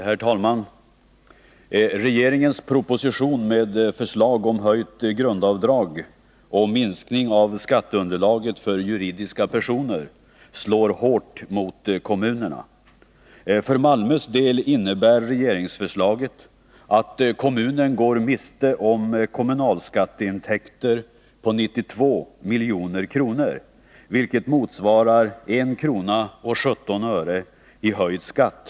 Herr talman! Regeringens proposition med förslag om höjt grundavdrag och minskning av skatteunderlaget för juridiska personer slår hårt mot kommunerna. För Malmös del innebär regeringsförslaget att kommunen går miste om kommunalskatteintäkter på 92 milj.kr., vilket motsvarar 1:17 kr. i höjd skatt.